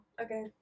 okay